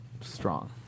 strong